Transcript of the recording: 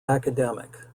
academic